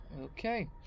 Okay